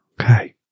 okay